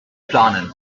planen